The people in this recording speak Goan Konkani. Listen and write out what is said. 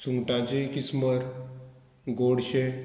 सुंगटांची किस्मर गोडशें